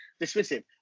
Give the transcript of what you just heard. dismissive